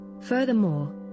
Furthermore